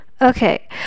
Okay